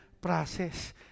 process